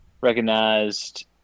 recognized